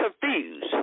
confused